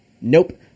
Nope